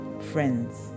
friends